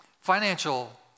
financial